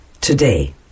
today